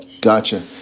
Gotcha